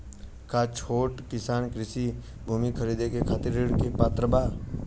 का छोट किसान कृषि भूमि खरीदे के खातिर ऋण के पात्र बा?